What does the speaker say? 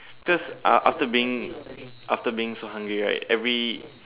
cause uh after being after being so hungry right every